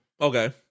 Okay